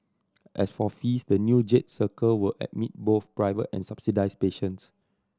as for fees the new Jade Circle will admit both private and subsidised patients